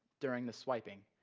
during the swiping.